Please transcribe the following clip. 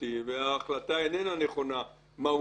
המשפטי וההחלטה איננה נכונה מהותית,